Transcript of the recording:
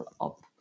up